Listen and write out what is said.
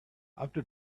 after